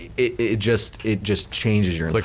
it just it just changes your like